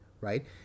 Right